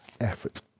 effort